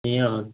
ए हजुर